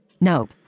no